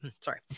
Sorry